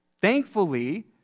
Thankfully